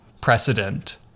precedent